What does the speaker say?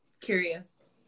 Curious